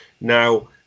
now